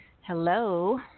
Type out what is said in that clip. Hello